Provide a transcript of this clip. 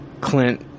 clint